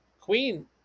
queen